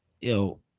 yo